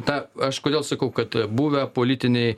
tą aš kodėl sakau kad buvę politiniai